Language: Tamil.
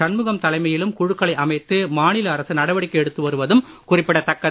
சண்முகம் தலைமையிலும் குழுக்களை அமைத்து மாநில அரசு நடவடிக்கை எடுத்து வருவதும் குறிப்பிடத் தக்கது